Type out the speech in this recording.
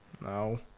No